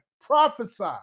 prophesy